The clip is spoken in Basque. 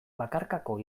bakarkako